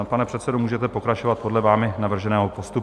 Pane předsedo, můžete pokračovat podle vámi navrženého postupu.